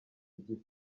igihe